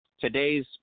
today's